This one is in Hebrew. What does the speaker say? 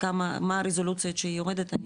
מה הרזולוציות שהיא יורדת.